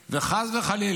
וחס וחלילה,